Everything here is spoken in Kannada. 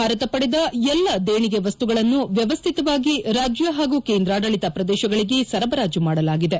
ಭಾರತ ಪಡೆದ ಎಲ್ಲಾ ದೇಣಿಗೆ ವಸ್ತುಗಳನ್ನು ವ್ಯವಸ್ಥಿತವಾಗಿ ರಾಜ್ಯ ಹಾಗೂ ಕೇಂದ್ರಾಡಳಿತ ಪ್ರದೇಶಗಳಿಗೆ ಸರಬರಾಜು ಮಾಡಲಾಗಿದೆ